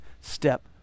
step